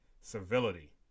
Civility